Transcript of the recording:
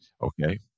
Okay